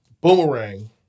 Boomerang